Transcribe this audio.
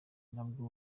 nabwo